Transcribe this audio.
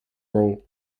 role